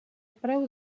preu